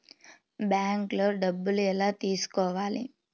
బ్యాంక్లో డబ్బులు ఎలా తీసుకోవాలి?